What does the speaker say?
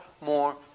more